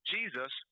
Jesus